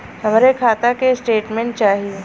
हमरे खाता के स्टेटमेंट चाही?